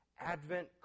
Advent